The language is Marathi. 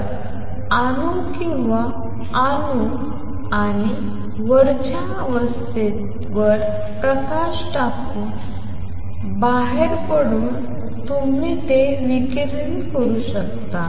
तर अणू किंवा अणू आणि वरच्या अवस्थेवर प्रकाश टाकून आणि बाहेर पडून तुम्ही ते विकिरण करू शकता